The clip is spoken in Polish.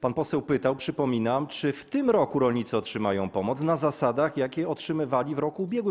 Pan poseł pytał, przypominam, czy w tym roku rolnicy otrzymają pomoc na zasadach, na jakich ją otrzymywali w roku ubiegłym.